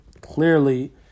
clearly